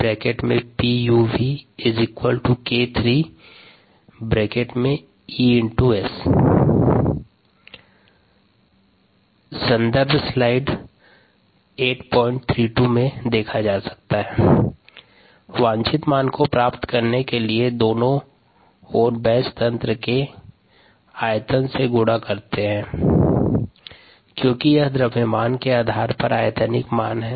rgPk3 ES संदर्भ slide time 0832 वांछित मान को प्राप्त करने के लिए दोनों ओर बैच तंत्र के आयतन से गुणा करते है क्योंकि यह द्रव्यमान के आधार पर आयतानिक मान है